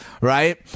right